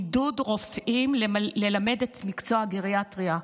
עידוד רופאים ללמד את מקצוע הגריאטריה.